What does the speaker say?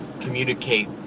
communicate